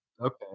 okay